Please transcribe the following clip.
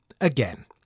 Again